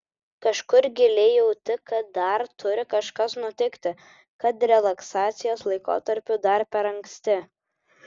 kažkur giliai jauti kad dar turi kažkas nutikti kad relaksacijos laikotarpiui dar per anksti